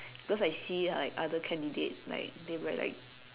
because I see like other candidates like they write like